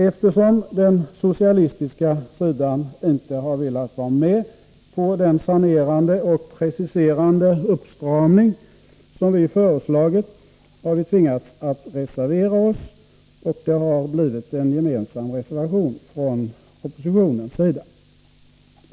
Eftersom den socialistiska sidan inte har velat vara med på den sanerande och preciserande uppstramning som vi föreslagit, har vi tvingats att reservera oss. Det har blivit en gemensam reservation från oppositionen.